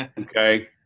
Okay